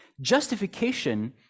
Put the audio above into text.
justification